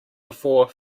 before